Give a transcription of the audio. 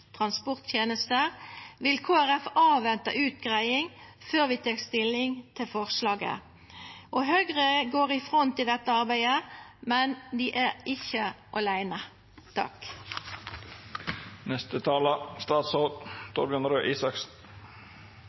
transporttenester, vil Kristeleg Folkeparti avventa utgreiinga før vi tek stilling til forslaget. Høgre går i front i dette arbeidet, men dei er ikkje